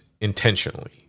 intentionally